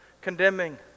condemning